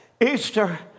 Easter